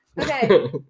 Okay